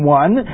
one